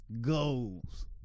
Goals